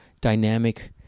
dynamic